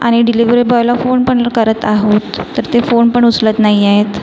आणि डिलेवरी बॉयला फोण पण करत आहोत तर ते फोण पण उचलत नाही आहेत